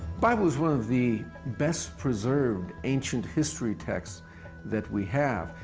bible is one of the best-preserved ancient history texts that we have.